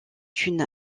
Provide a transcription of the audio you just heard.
une